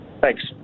Thanks